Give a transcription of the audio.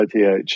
ITH